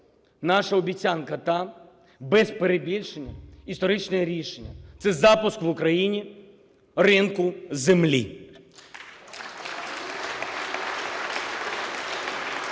наша обіцянка та, без перебільшення, історичне рішення – це запуск в Україні ринку землі.